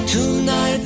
Tonight